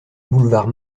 boulevard